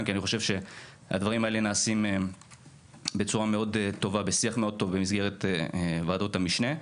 זה נעשה בשיח מאוד טוב במסגרת ועדות המשנה.